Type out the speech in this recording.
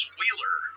Wheeler